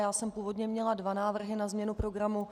Já jsem původně měla dva návrhy na změnu programu.